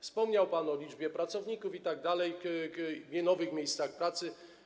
Wspomniał pan o liczbie pracowników itd., o nowych miejscach pracy.